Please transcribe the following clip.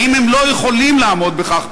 האם הם לא יכולים לעמוד בכך?